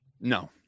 No